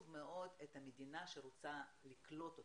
מאוד שהמדינה היא זו שרוצה לקלוט אותם,